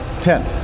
Ten